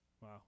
Wow